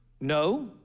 No